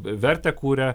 vertę kuria